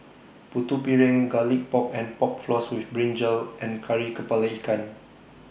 Putu Piring Garlic Pork and Pork Floss with Brinjal and Kari Kepala Ikan